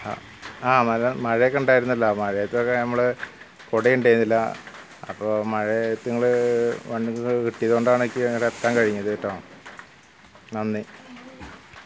ആ ആ നല്ല മഴയൊക്കെ ഉണ്ടായിരുന്നല്ലൊ മഴയത്തൊക്കെ നമ്മൾ കുട ഉണ്ടായിരുന്നില്ല അപ്പോൾ മഴയത്ത് നിങ്ങൾ വണ്ടിയൊക്കെ കിട്ടിയതുകൊണ്ടാണ് എനിക്കിങ്ങോട്ടേയ്ക്ക് എത്താൻ കഴിഞ്ഞത് കേട്ടൊ നന്ദി